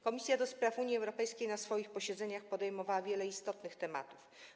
Komisja do Spraw Unii Europejskiej na swoich posiedzeniach podejmowała wiele istotnych tematów.